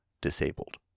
disabled